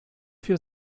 für